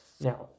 Now